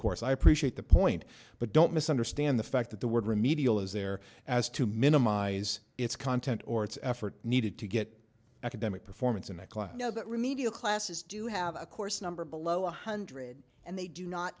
course i appreciate the point but don't misunderstand the fact that the word remedial is there as to minimize its content or its effort needed to get academic performance in a class no but remedial classes do have a course number below one hundred and they do not